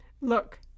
Look